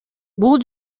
бул